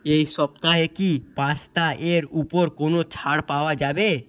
এই সপ্তাহে কি পাস্তা এর উপর কোনও ছাড় পাওয়া যাবে